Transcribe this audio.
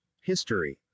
history